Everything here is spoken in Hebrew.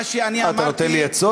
מה שאני אמרתי, מה, אתה נותן לי עצות?